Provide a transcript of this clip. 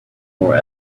more